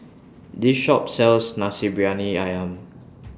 This Shop sells Nasi Briyani Ayam